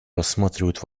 рассматривают